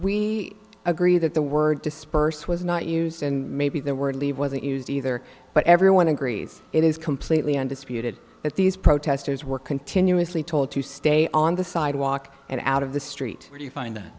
we agree that the word disperse was not used and maybe the word leave wasn't used either but everyone agrees it is completely undisputed that these protesters were continuously told to stay on the sidewalk and out of the street do you find that